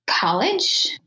college